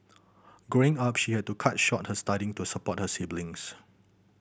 growing up she had to cut short her studying to support her siblings